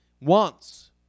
wants